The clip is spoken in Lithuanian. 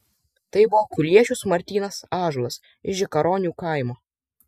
tai buvo kuliešius martynas ąžuolas iš žikaronių kaimo